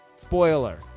Spoiler